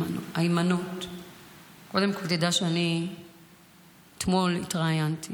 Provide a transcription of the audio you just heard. קודם כול, תדע שאתמול התראיינתי